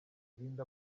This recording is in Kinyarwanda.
irinde